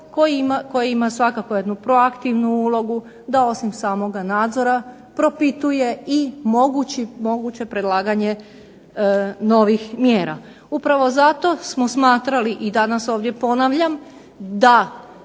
koje ima svakako jednu proaktivnu ulogu da osim samoga nadzora propituje i moguće predlaganje novih mjera. Upravo zato smo smatrali i danas ovdje ponavljam da